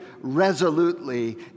resolutely